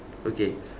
okay